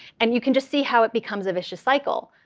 and you can just see how it becomes a vicious cycle.